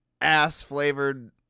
ass-flavored